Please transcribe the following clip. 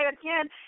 again